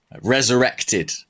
resurrected